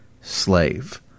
slave